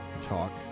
talk